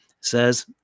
says